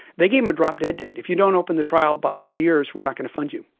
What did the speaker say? they give them a drop-dead date if you don't open the trial by two years, we are not going to fund you.